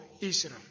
Israel